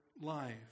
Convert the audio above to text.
life